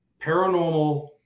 paranormal